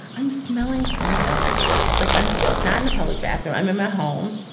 i'm smelling someone else's shit, like i'm not in the public bathroom. i'm in my home.